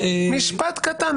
משפט קטן.